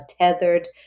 tethered